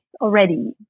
already